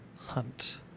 hunt